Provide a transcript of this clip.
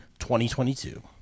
2022